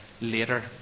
later